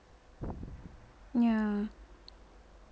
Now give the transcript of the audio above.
ya